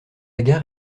gare